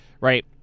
right